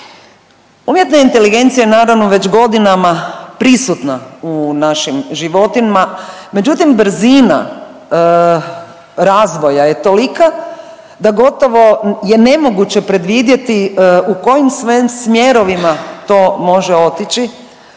umjetna inteligencija je naravno već godinama prisutna u našim životima, međutim brzina razvoja je tolika da gotovo je nemoguće predvidjeti u kojim sve smjerovima to može otići,